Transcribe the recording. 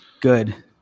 Good